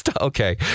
Okay